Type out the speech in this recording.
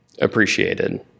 appreciated